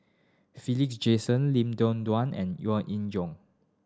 Philip Jackson Lim and Yo Jong